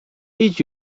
idź